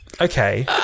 Okay